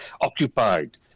occupied